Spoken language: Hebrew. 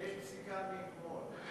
יש פסיקה מאתמול.